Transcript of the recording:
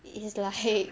it is the head